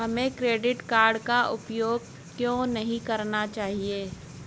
हमें credit card का उपयोग क्यों नहीं करना चाहिए?